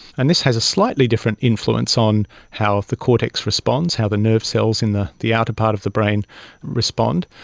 and this has a slightly different influence on how the cortex responds, how the nerve cells in the the outer part of the brain respond.